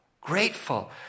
grateful